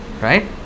right